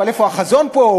אבל איפה החזון פה,